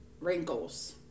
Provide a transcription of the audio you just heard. wrinkles